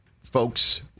folks